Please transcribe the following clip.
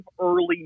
early